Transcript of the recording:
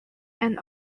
and